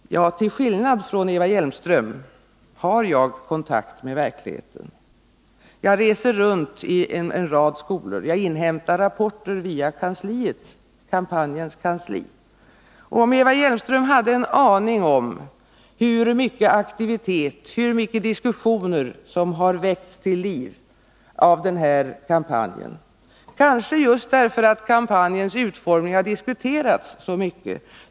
Till skillnad från Eva Hjelmström har jag kontakt med verkligheten. Jag reser runt i en rad skolor, och jag inhämtar rapporter via kampanjens kansli. Eva Hjelmström tycks inte ha en aning om hur mycken aktivitet och hur mycket av diskussioner som har väckts till liv genom den här kampanjen — kanske just därför att kampanjens utformning har diskuterats så mycket.